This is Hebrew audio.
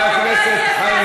לא הנושא של הנשים בכותל.